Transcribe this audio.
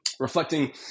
Reflecting